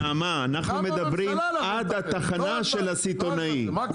נעמה אנחנו מדברים עד התחנה של הסיטונאים,